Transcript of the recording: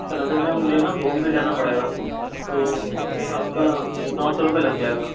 اور اصل میں مجھے نا گھوم کے جانا پڑے گا تو آپ کا نو سو روپئے لگ جائے گا